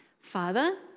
Father